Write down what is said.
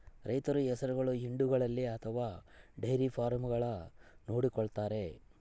ರೈತರು ಹಸುಗಳನ್ನು ಹಿಂಡುಗಳಲ್ಲಿ ಅಥವಾ ಡೈರಿ ಫಾರ್ಮ್ಗಳಾಗ ನೋಡಿಕೊಳ್ಳುತ್ತಾರೆ